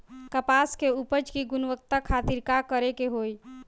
कपास के उपज की गुणवत्ता खातिर का करेके होई?